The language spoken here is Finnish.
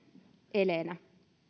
eleenä